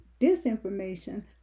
disinformation